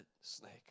snake